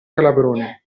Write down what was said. calabrone